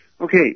Okay